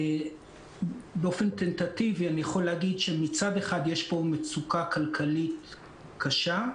באופן טנטטיבי אני יכול להגיד שמצד אחד יש פה מצוקה כלכלית קשה.